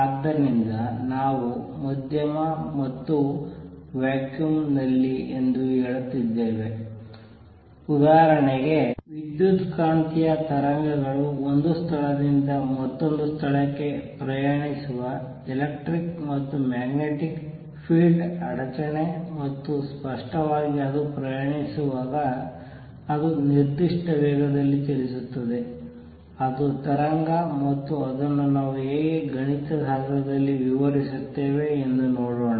ಆದ್ದರಿಂದ ನಾವು ಮಧ್ಯಮ ಅಥವಾ ವ್ಯಾಕ್ಯುಮ್ ನಲ್ಲಿ ಎಂದು ಹೇಳುತ್ತಿದ್ದೇವೆ ಉದಾಹರಣೆಗೆ ವಿದ್ಯುತ್ಕಾಂತೀಯ ತರಂಗಗಳು ಒಂದು ಸ್ಥಳದಿಂದ ಮತ್ತೊಂದು ಸ್ಥಳಕ್ಕೆ ಪ್ರಯಾಣಿಸುವ ಎಲೆಕ್ಟ್ರಿಕ್ ಮತ್ತು ಮ್ಯಾಗ್ನೆಟಿಕ್ ಫೀಲ್ಡ್ ಅಡಚಣೆ ಮತ್ತು ಸ್ಪಷ್ಟವಾಗಿ ಅದು ಪ್ರಯಾಣಿಸುವಾಗ ಅದು ನಿರ್ದಿಷ್ಟ ವೇಗದಲ್ಲಿ ಚಲಿಸುತ್ತದೆ ಅದು ತರಂಗ ಮತ್ತು ಅದನ್ನು ನಾವು ಹೇಗೆ ಗಣಿತಶಾಸ್ತ್ರದಲ್ಲಿ ವಿವರಿಸುತ್ತೇವೆ ಅದನ್ನು ನೋಡೋಣ